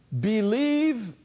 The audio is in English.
Believe